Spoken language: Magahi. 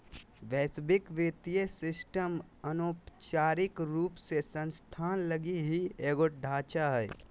वैश्विक वित्तीय सिस्टम अनौपचारिक रूप से संस्थान लगी ही एगो ढांचा हय